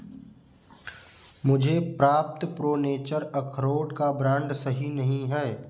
मुझे प्राप्त Pro Nature अखरोट का ब्रांड सही नहीं है